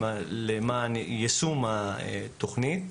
למען יישום התוכנית.